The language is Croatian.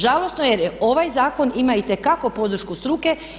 Žalosno jer ovaj zakon ima itekako podršku struke.